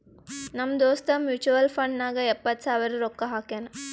ನಮ್ ದೋಸ್ತ mutual fund ನಾಗ್ ಎಪ್ಪತ್ ಸಾವಿರ ರೊಕ್ಕಾ ಹಾಕ್ಯಾನ್